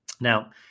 Now